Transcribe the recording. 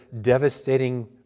devastating